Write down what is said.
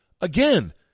Again